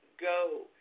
Go